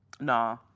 Nah